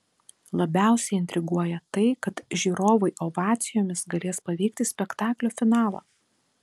labiausiai intriguoja tai kad žiūrovai ovacijomis galės paveikti spektaklio finalą